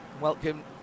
welcome